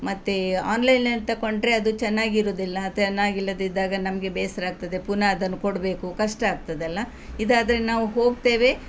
ಮತ್ತೆ ಆನ್ಲೈನಲ್ಲಿ ತಗೊಂಡ್ರೆ ಅದು ಚೆನ್ನಾಗಿರೋದಿಲ್ಲ ಚೆನ್ನಾಗಿಲ್ಲದಿದ್ದಾಗ ನಮಗೆ ಬೇಸರ ಆಗ್ತದೆ ಪುನಃ ಅದನ್ನು ಕೊಡಬೇಕು ಕಷ್ಟ ಆಗ್ತದಲ್ಲ ಇದಾದರೆ ನಾವು ಹೋಗ್ತೇವೆ